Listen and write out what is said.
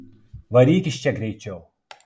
varyk iš čia greičiau